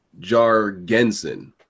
Jargensen